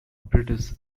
british